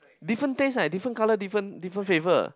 different taste leh different colour different different flavour